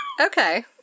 Okay